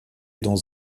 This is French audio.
dans